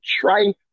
try